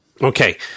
Okay